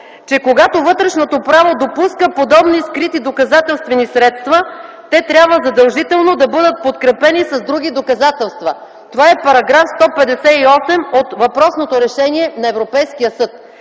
че: „когато вътрешното право допуска подобни скрити доказателствени средства, те трябва задължително да бъдат подкрепени с други доказателства”. Това е § 158 от въпросното решение на Европейския съд.